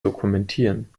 dokumentieren